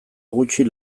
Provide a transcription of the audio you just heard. gutxi